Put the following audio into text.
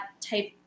type